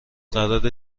قراره